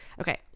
okay